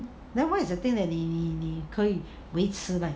then what is the thing that 你可以维持 leh